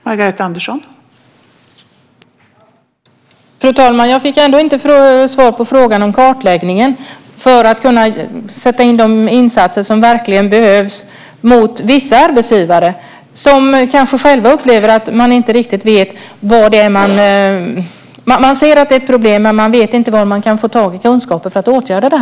Fru talman! Jag fick ändå inget svar på frågan om en kartläggning - detta för att kunna sätta in de åtgärder som verkligen behövs gentemot vissa arbetsgivare som kanske själva upplever att de inte riktigt vet. Man ser problemet men vet inte var man kan få kunskaper för att åtgärda det.